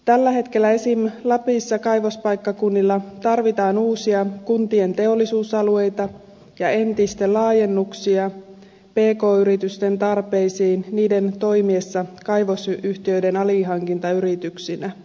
tällä hetkellä esimerkiksi lapissa kaivospaikkakunnilla tarvitaan uusia kuntien teollisuusalueita ja entisten laajennuksia pk yritysten tarpeisiin niiden toimiessa kaivosyhtiöiden alihankintayrityksinä